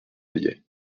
allier